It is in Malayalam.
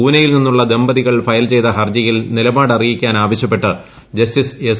പൂനെയിൽ നിന്നുള്ള ദമ്പതികൾ ഫയൽ ചെയ്ത ഹർജിയിൽ നിലപാട് അറിയിക്കാൻ അവശ്യപ്പെട്ട് ജസ്റ്റിസ് എസ്